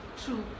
True